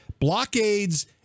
blockades